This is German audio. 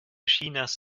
chinas